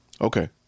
Okay